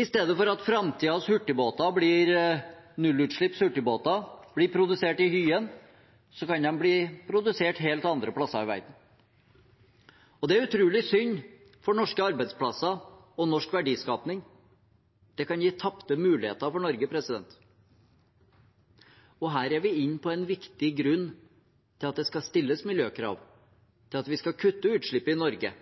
I stedet for at framtidens nullutslipps hurtigbåter blir produsert i Hyen, kan de bli produsert helt andre plasser i verden. Det er utrolig synd for norske arbeidsplasser og norsk verdiskaping. Det kan gi tapte muligheter for Norge. Og her er vi inne på en viktig grunn til at det skal stilles miljøkrav, til at vi skal kutte utslipp i Norge.